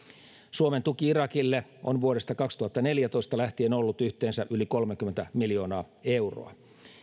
suomen tuki irakille on vuodesta kaksituhattaneljätoista lähtien ollut yhteensä yli kolmekymmentä miljoonaa euroa